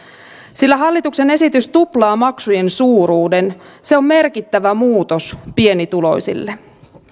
sillä hallituksen esitys tuplaa maksujen suuruuden se on merkittävä muutos pienituloisille